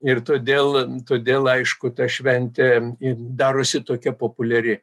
ir todėl todėl aišku ta šventė darosi tokia populiari